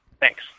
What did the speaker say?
Thanks